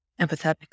empathetic